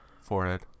forehead